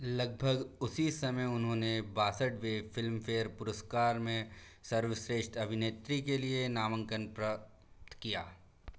लगभग उसी समय उन्होंने बासठवें फिल्मफेयर पुरस्कार में सर्वश्रेष्ठ अभिनेत्री के लिए नामांकन प्राप्त किया